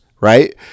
right